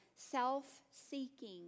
Self-seeking